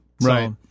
Right